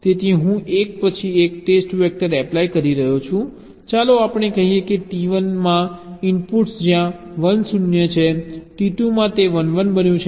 તેથી હું એક પછી એક ટેસ્ટ વેક્ટર એપ્લાય કરી રહ્યો છું ચાલો આપણે કહીએ કે T1 માં ઇનપુટ્સ જ્યાં 1 0 છે T2 માં તે 1 1 બન્યું છે